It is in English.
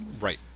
Right